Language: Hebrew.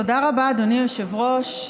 תודה רבה, אדוני היושב-ראש.